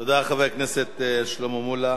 תודה, חבר הכנסת שלמה מולה.